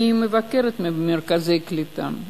אני מבקרת במרכזי קליטה.